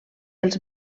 els